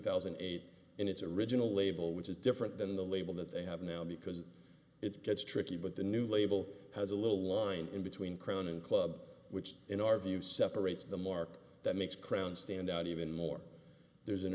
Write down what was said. thousand and eight and its original label which is different than the label that they have now because it's gets tricky but the new label has a little line in between crown and club which in our view separates the mark that makes crown stand out even more there's an